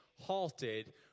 halted